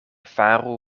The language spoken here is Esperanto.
faru